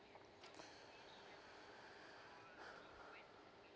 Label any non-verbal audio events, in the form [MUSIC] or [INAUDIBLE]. [BREATH]